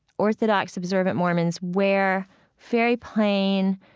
orthodox observant mormons wear very plain,